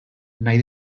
nahi